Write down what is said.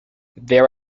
there